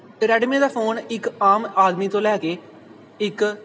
Redmi ਦਾ phone ਇੱਕ ਆਮ ਆਦਮੀ ਤੋਂ ਲੈ ਕੇ ਇੱਕ